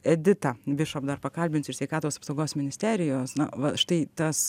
editą bišop dar pakalbinsiu iš sveikatos apsaugos ministerijos na va štai tas